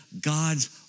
God's